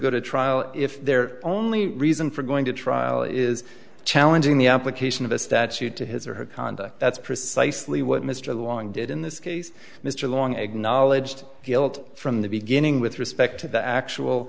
go to trial is their only reason for going to trial is challenging the application of a statute to his or her conduct that's precisely what mr long did in this case mr long acknowledged guilt from the beginning with respect to the actual